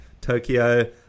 Tokyo